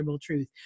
Truth